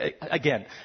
again